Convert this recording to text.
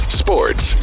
sports